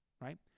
right